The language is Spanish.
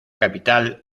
capital